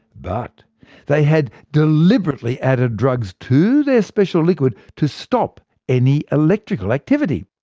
but they had deliberately added drugs to their special liquid to stop any electrical activity.